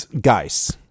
Guys